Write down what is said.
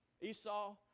Esau